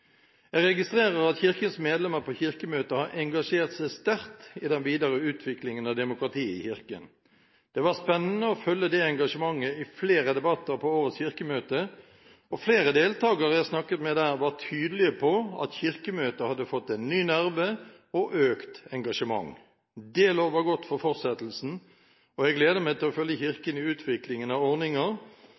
Jeg registrerer at Kirkens medlemmer på Kirkemøtet har engasjert seg sterkt i den videre utviklingen av demokratiet i Kirken. Det var spennende å følge det engasjementet i flere debatter på årets kirkemøte, og flere deltagere jeg snakket med der, var tydelige på at Kirkemøtet hadde fått en ny nerve og økt engasjement. Det lover godt for fortsettelsen, og jeg gleder meg til å følge Kirken i utviklingen av